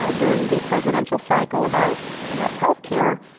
ah during the presidential cycle, about about healthcare,